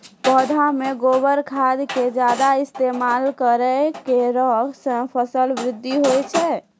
पौधा मे गोबर खाद के ज्यादा इस्तेमाल करौ ऐकरा से फसल बृद्धि होय छै?